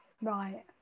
Right